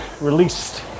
released